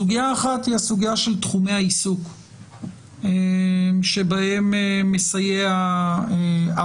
סוגיה אחת היא הסוגיה של תחומי העיסוק שבהם מסייע המערך,